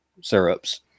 syrups